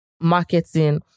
marketing